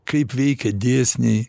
kaip veikia dėsniai